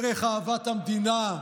ערך אהבת המדינה,